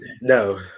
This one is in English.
No